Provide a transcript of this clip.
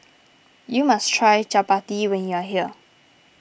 you must try Chapati when you are here